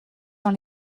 dans